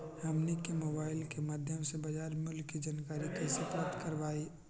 हमनी के मोबाइल के माध्यम से बाजार मूल्य के जानकारी कैसे प्राप्त करवाई?